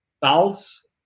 belts